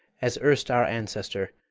as erst our ancestor,